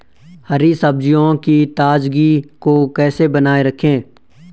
हरी सब्जियों की ताजगी को कैसे बनाये रखें?